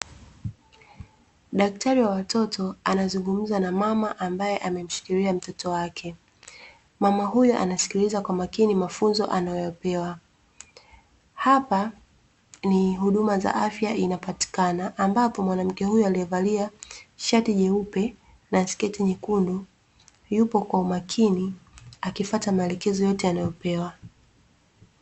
Daktari wa watoto anazungumza na mama ambaye amemshikilia mtoto wake, mama huyu anasikiliza kwa makini mafunzo anayopewa. Hapa ni huduma za afya inapatikana ambapo mwanamke huyu aliyevalia shati nyeupe na sketi nyekundu yupo kwa umakini akifuata maelekezo yote anayopewa.